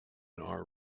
are